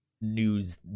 news